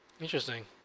Interesting